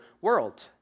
world